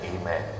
amen